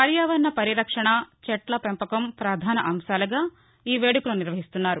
పర్యావరణ పరిరక్షణ చెట్ల పెంపకం పధాన అంశాలుగా ఈ వేడుకలు నిర్వహిస్తున్నారు